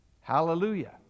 Hallelujah